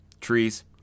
trees